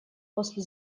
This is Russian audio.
после